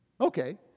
Okay